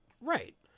right